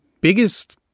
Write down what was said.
biggest